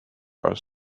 are